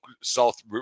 south